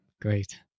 Great